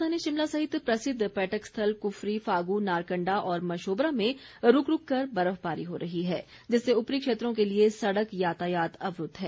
राजधानी शिमला सहित प्रसिद्ध पर्यटक स्थल कुफरी फागू नारकंडा और मशोबरा में रूक रूक कर कर बर्फबारी हो रही है जिससे ऊपरी क्षेत्रों के लिए सड़क यातायात अवरूद्व है